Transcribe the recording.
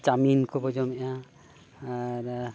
chowmein ᱠᱚ ᱠᱚ ᱡᱚᱢᱮᱜᱼᱟ ᱟᱨ